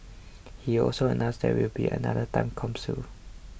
he also announced there will be another time capsule